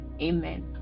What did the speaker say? Amen